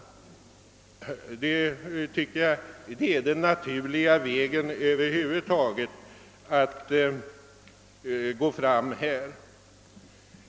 Detta är på alla sätt den naturligaste vägen.